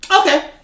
Okay